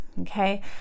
okay